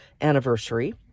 anniversary